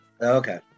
Okay